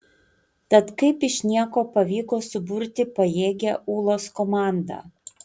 tad kaip iš nieko pavyko suburti pajėgią ūlos komandą